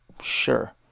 sure